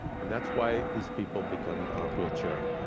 and that's why these people become wheelchair-bound.